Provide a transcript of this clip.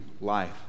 life